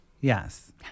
Yes